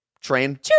train